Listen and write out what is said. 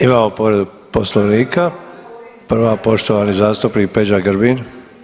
Imamo povredu Poslovnika, prva poštovani zastupnik Peđa Grbin.